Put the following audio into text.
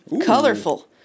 colorful